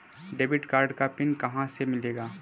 Debit card का PIN कहां से मिलेगा?